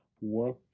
work